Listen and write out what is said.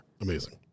Amazing